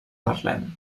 parlem